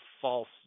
false